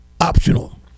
optional